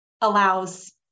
allows